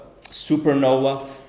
supernova